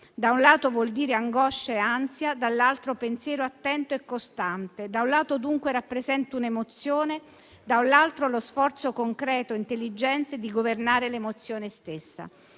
da un lato vuol dire "angoscia e ansia", dall'altro, pensiero attento e costante. Da un lato dunque rappresenta un'emozione, per l'altro, lo sforzo concreto intelligente di governare l'emozione stessa.».